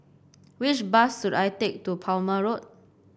which bus should I take to Palmer Road